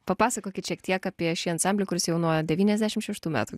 papasakokit šiek tiek apie šį ansamblį kuris jau nuo devyniasdešim šeštų metų